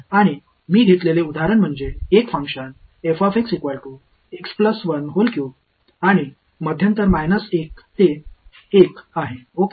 आणि मी घेतलेले उदाहरण म्हणजे एक फंक्शन आणि मध्यांतर 1 ते 1 आहे ओके